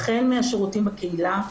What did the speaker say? החל מהשירותים בקהילה,